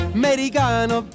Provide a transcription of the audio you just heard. americano